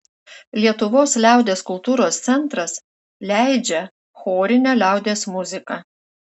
lietuvos liaudies kultūros centras leidžia chorinę liaudies muziką